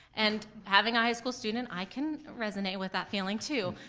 and having a high school student, i can resonate with that feeling, too,